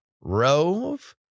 Rove